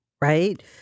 right